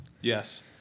Yes